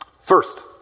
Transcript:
First